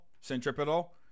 centripetal